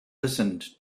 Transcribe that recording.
listened